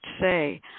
say